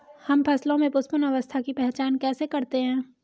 हम फसलों में पुष्पन अवस्था की पहचान कैसे करते हैं?